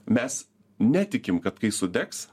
mes netikim kad kai sudegs